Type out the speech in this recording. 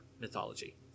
mythology